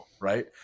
right